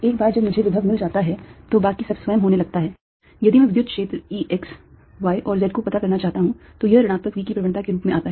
एक बार जब मुझे विभव मिल जाता है तो बाकी सब स्वयं होने लगता है यदि मैं विद्युत क्षेत्र E x y और z को पता करना चाहता हूं यह ऋणात्मक V की प्रवणता के रूप में आता है